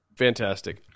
fantastic